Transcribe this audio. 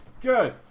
Good